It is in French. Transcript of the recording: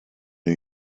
new